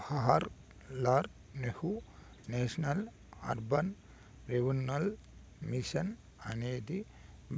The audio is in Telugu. Jawahar Lal Nehru national urban renewal mission అనేది